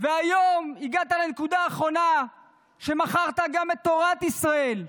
והיום הגעת לנקודה האחרונה ומכרת גם את תורת ישראל.